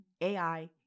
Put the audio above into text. AI